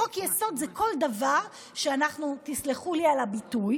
חוק-יסוד זה כל דבר שאנחנו, תסלחו לי על הביטוי,